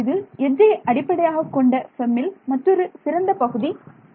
இது எட்ஜை அடிப்படையாகக் கொண்ட FEMல் மற்றொரு சிறந்த பகுதி ஆகும்